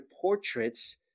portraits